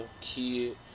kid